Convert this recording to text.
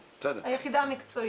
אוקיי, כיוונתי לאיזה מקום.